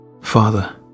Father